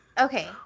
okay